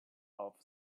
off